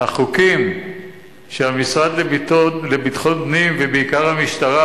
החוקים שהמשרד לביטחון פנים, ובעיקר המשטרה,